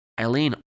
Eileen